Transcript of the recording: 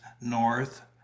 north